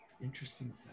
Interesting